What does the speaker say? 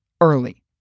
early